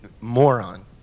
moron